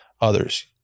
others